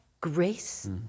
grace